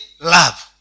love